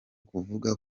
kuvuga